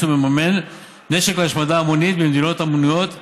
ומממן נשק להשמדה המונית במדינות המנויות בתוספת,